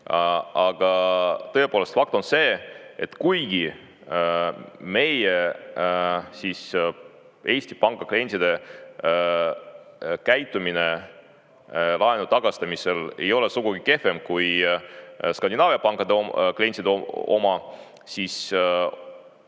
Tõepoolest, fakt on see, et kuigi meie Eesti Panga klientide käitumine laenu tagastamisel ei ole sugugi kehvem kui Skandinaavia pankade klientide oma, siis